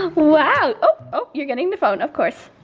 wow, oh, oh, you're getting the phone, of course.